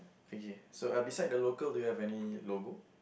okay so uh beside the local do you have any logo